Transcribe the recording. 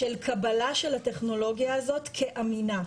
של קבלה של הטכנולוגיה הזו כאמינה.